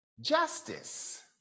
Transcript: justice